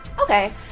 Okay